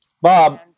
Bob